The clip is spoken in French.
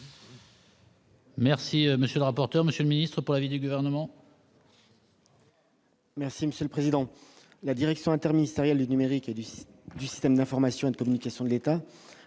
Merci, monsieur le rapporteur, monsieur le ministre pour l'avis du gouvernement. Merci Monsieur le Président, la Direction interministérielle du numérique et du site du système d'information de communication de l'État,